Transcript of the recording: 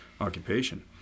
occupation